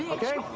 um okay,